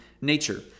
nature